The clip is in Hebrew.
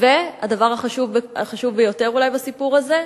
והדבר החשוב ביותר אולי בסיפור הזה,